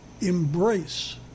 embrace